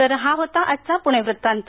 तर हा होता आजचा पुणे वृत्तांत